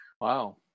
Wow